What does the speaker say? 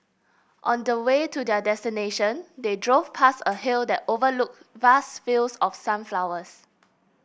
on the way to their destination they drove past a hill that overlooked vast fields of sunflowers